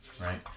right